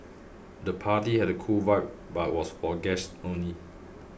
the party had a cool vibe but was for guests only